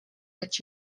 let